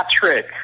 Patrick